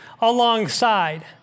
alongside